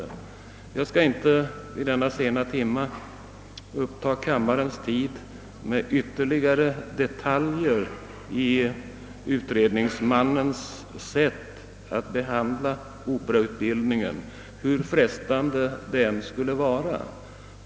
I denna sena timme skall jag inte uppta kammarens tid med ytterligare detaljer i utredningsmannens sätt att behandla operautbildningen, hur frestande detta än kan vara.